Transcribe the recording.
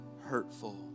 hurtful